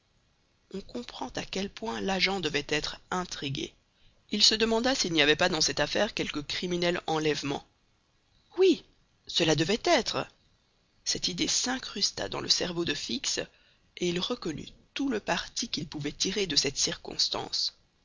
on comprend à quel point l'agent devait être intrigué il se demanda s'il n'y avait pas dans cette affaire quelque criminel enlèvement oui cela devait être cette idée s'incrusta dans le cerveau de fix et il reconnut tout le parti qu'il pouvait tirer de cette circonstance